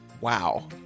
wow